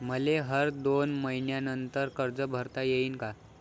मले हर दोन मयीन्यानंतर कर्ज भरता येईन का?